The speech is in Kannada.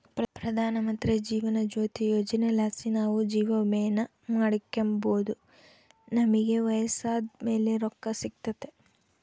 ಪ್ರಧಾನಮಂತ್ರಿ ಜೀವನ ಜ್ಯೋತಿ ಯೋಜನೆಲಾಸಿ ನಾವು ಜೀವವಿಮೇನ ಮಾಡಿಕೆಂಬೋದು ನಮಿಗೆ ವಯಸ್ಸಾದ್ ಮೇಲೆ ರೊಕ್ಕ ಸಿಗ್ತತೆ